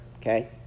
Okay